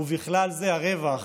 ובכלל זה הרווח